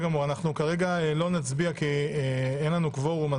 כרגע לא נצביע כי אין לנו קוורום.